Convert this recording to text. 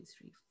three